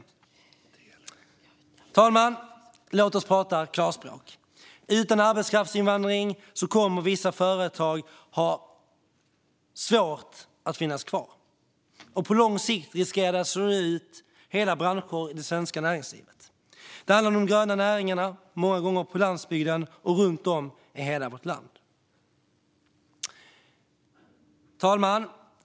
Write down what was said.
Fru talman! Låt oss prata klarspråk. Utan arbetskraftsinvandring kommer vissa företag att ha svårt att finnas kvar. På lång sikt riskerar detta att slå ut hela branscher i det svenska näringslivet. Det handlar om de gröna näringarna, många gånger på landsbygden, runt om i hela vårt land. Fru talman!